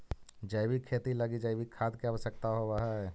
जैविक खेती लगी जैविक खाद के आवश्यकता होवऽ हइ